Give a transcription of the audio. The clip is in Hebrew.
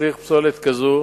משליך פסולת כזאת